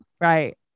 Right